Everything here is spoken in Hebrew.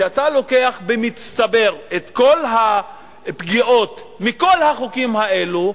כשאתה לוקח במצטבר את כל הפגיעות מכל החוקים האלו,